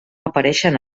apareixen